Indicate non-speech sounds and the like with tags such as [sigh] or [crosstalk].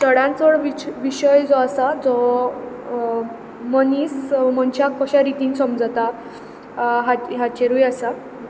चडांत चड विशय जो आसा जो मनीस मनशाक कशे रितीन समजता [unintelligible] हाचेरूय आसा